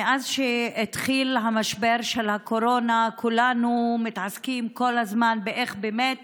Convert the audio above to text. מאז התחיל המשבר של הקורונה כולנו מתעסקים כל הזמן באיך באמת